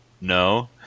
No